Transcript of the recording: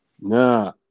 Nah